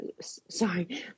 sorry